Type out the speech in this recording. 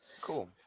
Cool